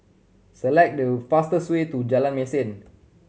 select the fastest way to Jalan Mesin